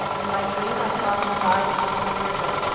in my dream i saw him diving into the river.